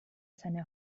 seine